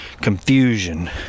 confusion